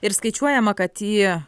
ir skaičiuojama kad į